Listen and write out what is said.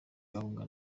gahunga